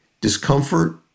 discomfort